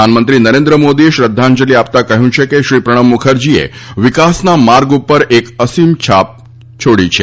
પ્રધાનમંત્રી નરેન્દ્ર મોદીએ શ્રદ્ધાંજલિ આપતાં કહ્યું કે શ્રી પ્રણવ મુખર્જીએ વિકાસના માર્ગ ઉપર એક અસીમ છાપ છોડી છે